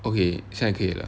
okay 现在可以了